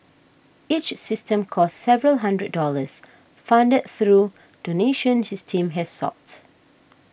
each system costs several hundred dollars funded through donations his team has sought